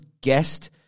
guessed